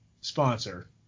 sponsor